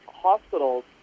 hospitals